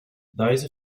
those